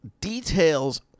details